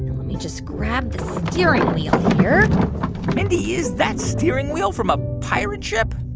let me just grab the steering wheel here mindy, is that steering wheel from a pirate ship?